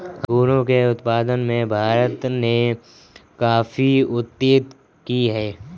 अंगूरों के उत्पादन में भारत ने काफी उन्नति की है